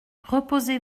reposez